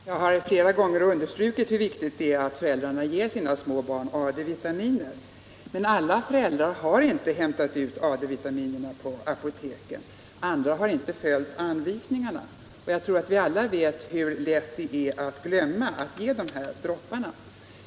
Herr talman! Jag har flera gånger understrukit hur viktigt det är att föräldrarna ger sina små barn AD-vitaminer. Men alla föräldrar har inte hämtat ut AD-vitaminerna på apoteken, andra har inte följt anvisningarna. Jag tror att vi alla vet hur lätt det är att glömma att ge dessa vitamindroppar.